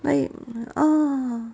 why ah